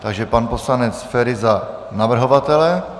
Takže pan poslanec Feri za navrhovatele.